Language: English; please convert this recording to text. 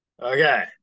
Okay